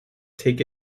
take